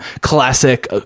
classic